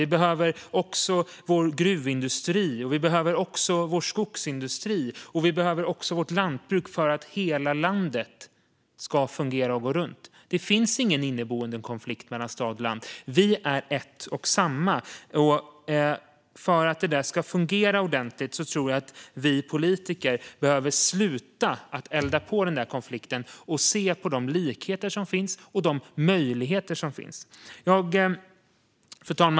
Vi behöver vår gruvindustri, vår skogsindustri och vårt lantbruk för att hela landet ska fungera och gå runt. Det finns ingen inneboende konflikt mellan stad och land. Vi är en och samma. För att det ska fungera ordentligt tror jag att vi politiker behöver sluta att elda på denna konflikt och i stället se de likheter och möjligheter som finns. Fru talman!